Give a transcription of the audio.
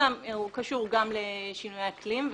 אלא הוא קשור גם לשינוי האקלים,